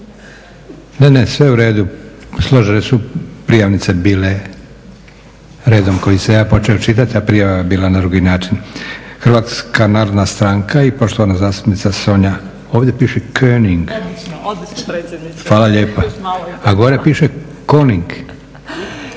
Ne, ne sve je u redu. Složene su prijavnice bile redom kojim sam ja počeo čitati, a prijava je bila na drugi način. Hrvatska narodna stranka i poštovana zastupnica Sonja König. **König, Sonja